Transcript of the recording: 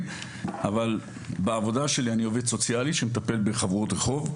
אבל עבודה שלי אני עובד סוציאלי שמטפל בחבורות רחוב,